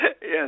Yes